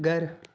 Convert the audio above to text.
घरु